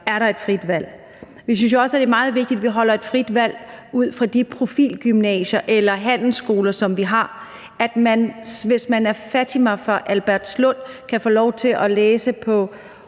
er der et frit valg. Vi synes også, det er meget vigtigt, at vi holder et frit valg ud fra de profilgymnasier eller handelsskoler, som vi har, sådan at man, hvis man er Fatima fra Albertslund, kan få lov til at læse på